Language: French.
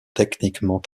techniquement